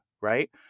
right